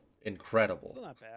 incredible